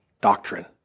doctrine